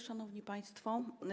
Szanowni Państwo!